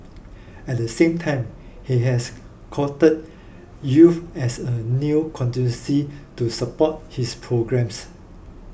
at the same time he has courted youth as a new constituency to support his programmes